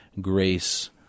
grace